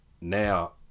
Now